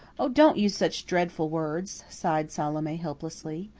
oh, don't use such dreadful words, sighed salome helplessly.